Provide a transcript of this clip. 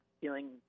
feeling